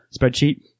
spreadsheet